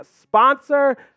sponsor